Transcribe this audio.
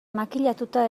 makillatuta